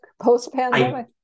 post-pandemic